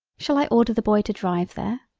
shall i order the boy to drive there?